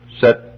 set